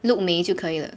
look 美就可以了